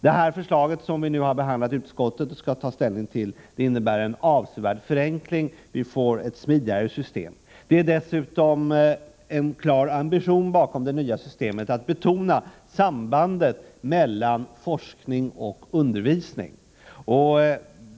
Det förslag som vi har behandlat i utskottet och nu skall ta ställning till innebär en avsevärd förenkling — vi får ett smidigare system. Bakom det nya systemet ligger den klara ambitionen att betona sambandet mellan forskning och undervisning.